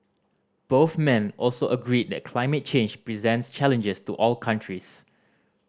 both men also agreed that climate change presents challenges to all countries